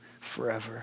forever